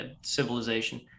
civilization